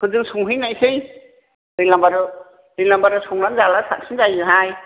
हजों संहैनोसै दैलामारायाव दैलामारायाव संनानै जाब्ला साबसिन जायोहाय